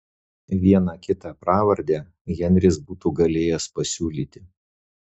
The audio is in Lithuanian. vieną kitą pravardę henris būtų galėjęs pasiūlyti